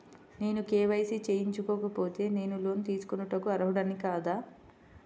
నేను కే.వై.సి చేయించుకోకపోతే నేను లోన్ తీసుకొనుటకు అర్హుడని కాదా?